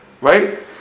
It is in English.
right